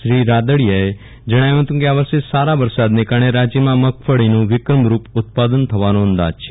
શ્રી રાદડીયાએ જણાવ્યુ હતું કે આ વર્ષે સારા વરસાદને કારણે રાજયમાં મગફળીનું વિક્રમ રૂપ ઉત્પાદન થવાનો અંદાજ છે